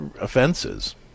offenses